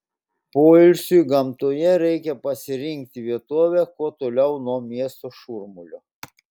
poilsiui gamtoje reikia pasirinkti vietovę kuo toliau nuo miesto šurmulio